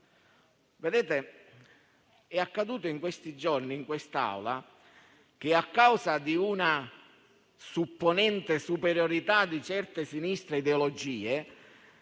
tutto. È accaduto in questi giorni, in quest'Aula, che, a causa di una supponente superiorità di certe sinistre ideologie,